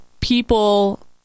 people